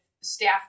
staff